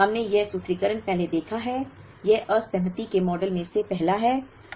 हमने यह सूत्रीकरण पहले देखा है यह असहमति के मॉडल में से पहला है